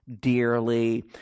dearly